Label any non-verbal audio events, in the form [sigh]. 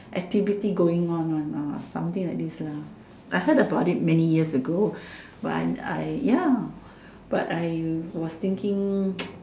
activity going on one or something like this lah I heard about it many years ago [breath] but I ya but I was thinking